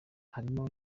harimo